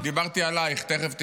דיברתי עלייך, תכף תשמעי.